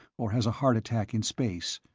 or has a heart attack in space,